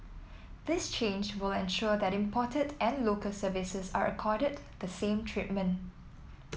this change will ensure that imported and Local Services are accorded the same treatment